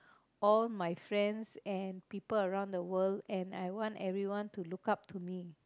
all my friends and people around the world and I want everyone to look up to me